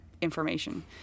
information